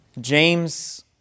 James